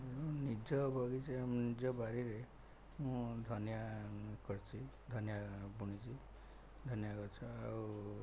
ନିଜ ବଗିଚାରେ ନିଜ ବାରିରେ ମୁଁ ଧନିଆ କରିଛି ଧନିଆ ବୁଣିଛି ଧନିଆ ଗଛ ଆଉ